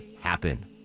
happen